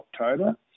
October